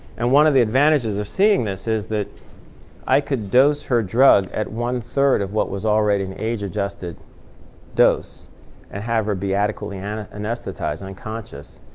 and one of the advantages of seeing this is that i could dose her drug at one three of what was already an age-adjusted dose and have her be adequately and anesthetized and unconscious.